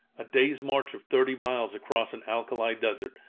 a day's march of thirty miles across an alkali desert,